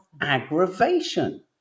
aggravation